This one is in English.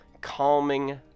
calming